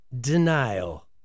Denial